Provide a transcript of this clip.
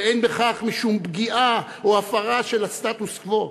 ואין בכך משום פגיעה או הפרה של הסטטוס-קוו.